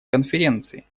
конференции